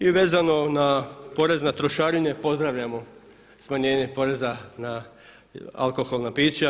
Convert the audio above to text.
I vezano na porez na trošarine pozdravljamo smanjenje poreza na alkoholna pića.